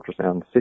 ultrasound